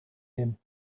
him